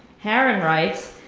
haren writes,